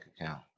account